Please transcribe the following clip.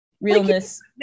realness